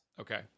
okay